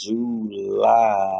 July